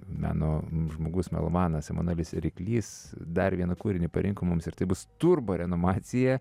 meno žmogus melomanas emanuelis ryklys dar vieną kūrinį parinko mums ir tai bus s turboreanimacija